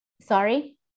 sorry